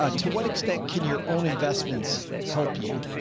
ah to what extent can your own investments help you?